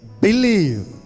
believe